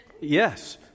Yes